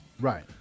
Right